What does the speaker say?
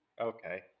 okay